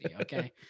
Okay